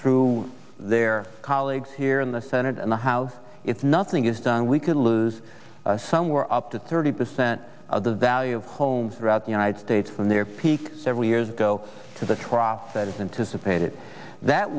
through their colleagues here in the senate and the house it's nothing is done we could lose some up to thirty percent of the value of homes throughout the united states from their peak several years ago to the t